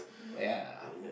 ya